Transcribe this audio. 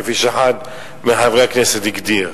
כפי שאחד מחברי הכנסת הגדיר.